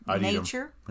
nature